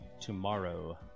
tomorrow